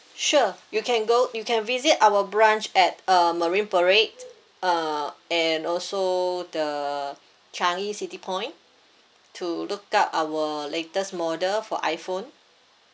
sure you can go you can visit our branch at uh marine parade uh and also the changi city point to look up our latest model for iphone